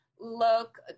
Look